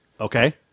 Okay